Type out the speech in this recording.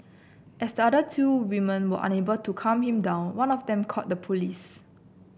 as the other two women were unable to calm him down one of them called the police